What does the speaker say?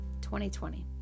2020